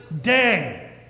day